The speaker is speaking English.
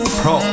pro